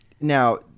Now